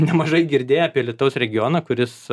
nemažai girdėję apie alytaus regioną kuris